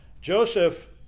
Joseph